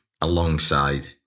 alongside